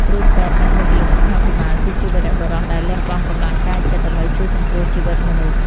គ្រូពេទ្យនិងបុគ្គលិកសុខាភិបាល គឺជាវីរបុរសដែលលះបង់កម្លាំងកាយចិត្តដើម្បីជួយសង្គ្រោះជីវិតមនុស្ស។